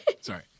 sorry